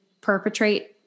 perpetrate